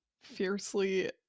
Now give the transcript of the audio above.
fiercely